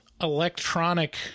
electronic